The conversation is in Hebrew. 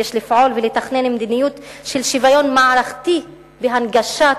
יש לפעול ולתכנן מדיניות של שוויון מערכתי בהנגשת